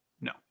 No